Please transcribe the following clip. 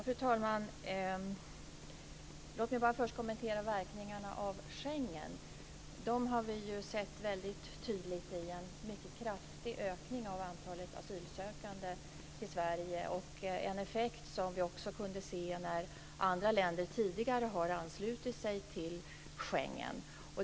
Fru talman! Låt mig först kommentera verkningarna av Schengen. Dem har vi sett väldigt tydligt i en mycket kraftig ökning av antalet asylsökande till Sverige, en effekt som vi också kunde se när andra länder tidigare anslöt sig till Schengen.